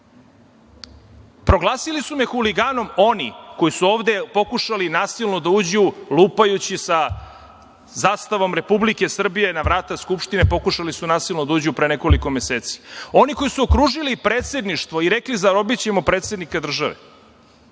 baklje. Proglasili su me huliganom oni koji su ovde pokušali nasilno da uđu lupajući sa zastavom Republike Srbije na vrata Skupštine, pokušali su nasilno da uđu pre nekoliko meseci, oni koji su okružili predsedništvo i rekli – zarobićemo predsednika države.